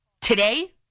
today